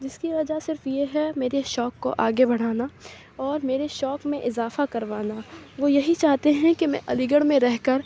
جس کی وجہ صرف یہ ہے میرے شوق کو آگے بڑھانا اور میرے شوق میں اضافہ کروانا وہ یہی چاہتے ہیں کہ میں علی گڑھ میں رہ کر